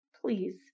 please